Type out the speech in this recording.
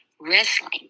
wrestling